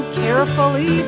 carefully